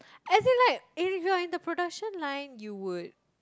as in like if you're in the production line you would